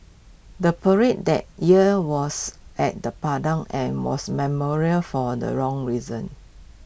the parade that year was at the Padang and was memorial for the wrong reasons